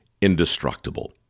indestructible